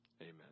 Amen